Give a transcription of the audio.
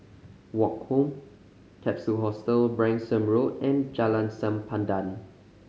Woke Home Capsule Hostel Branksome Road and Jalan Sempadan